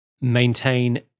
maintain